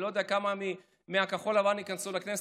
אני לא יודע כמה מכחול לבן ייכנסו לכנסת,